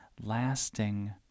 lasting